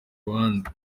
ruhande